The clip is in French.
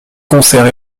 concerts